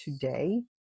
today